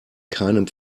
keinem